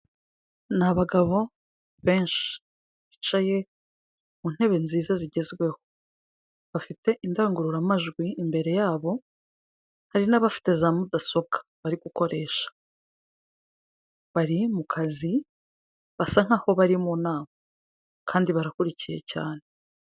Ni abagabo benshi bicaye mu ntebe nziza zigezweho, bafite indangururamajwi imbere yabo, hari n'abafite za mudasobwa bari gukoresha, bari mu kazi basa nkaho bari mu nama kandi barakurikiye cyane.